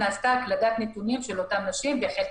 נעשתה הקלדת נתונים של אותן נשים והחל טיפול.